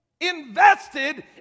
Invested